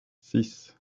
six